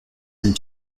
and